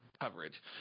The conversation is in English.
coverage